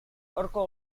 horko